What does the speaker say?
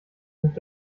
ruft